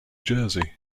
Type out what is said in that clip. jersey